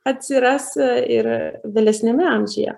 atsiras ir vėlesniame amžiuje